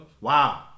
Wow